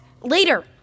Later